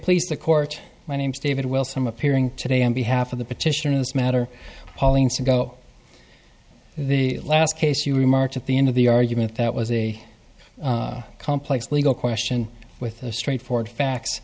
please the court my name's david will some appearing today on behalf of the petitioner this matter pauline's to go the last case you remarked at the end of the argument that was a complex legal question with a straightforward fact